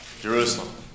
Jerusalem